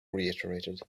reiterated